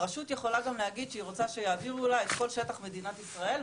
רשות יכולה גם להגיד שהיא רוצה שיעבירו לה את כל שטח מדינת ישראל,